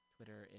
Twitter